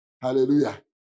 Hallelujah